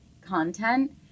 content